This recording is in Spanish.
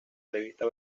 revista